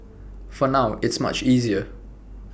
for now it's much easier